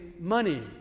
money